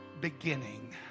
beginning